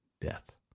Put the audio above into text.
death